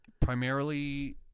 Primarily